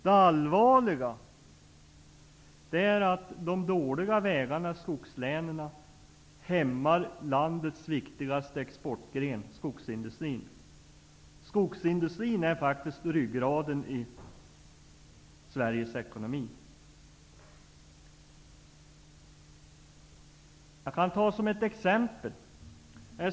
Det allvarliga är att de dåliga vägarna i skogslänen hämmar landets viktigaste exportgren, nämligen skogsindustrin. Denna industri är faktiskt ryggraden i Sveriges ekonomi. Jag kan ta ett exempel.